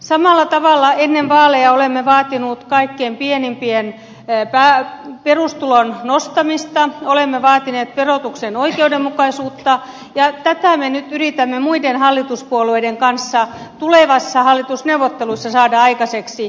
samalla tavalla ennen vaaleja olemme vaatineet kaikkein pienituloisimpien perustulon nostamista olemme vaatineet verotukseen oikeudenmukaisuutta ja tätä me nyt yritämme muiden hallituspuolueiden kanssa tulevissa hallitusneuvotteluissa saada aikaiseksi